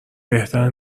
بهتر